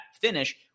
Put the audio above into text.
finish